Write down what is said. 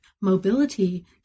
Mobility